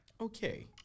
Okay